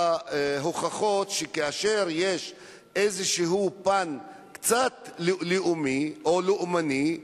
ההוכחה היא שכאשר יש איזה פן קצת לאומי או לאומני,